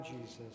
Jesus